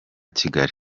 kigali